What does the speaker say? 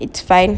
it's fine